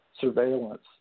surveillance